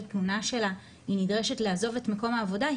תלונה שלה היא נדרשת לעזוב את מקום העבודה,